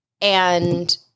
And-